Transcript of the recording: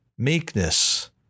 meekness